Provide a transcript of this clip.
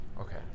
Okay